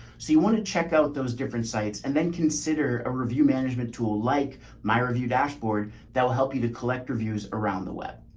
so you want to check out those different sites and then consider a review management tool, like my review dashboard that will help you to collect reviews around around the web.